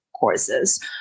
courses